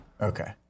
Okay